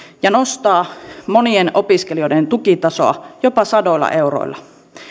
ja nostaa monien opiskelijoiden tukitasoa jopa sadoilla euroilla